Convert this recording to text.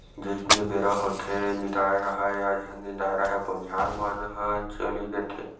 जइसने बेरा होथेये निदाए राहय या झन निदाय राहय बनिहार मन ह चली देथे